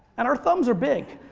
and our thumbs are big.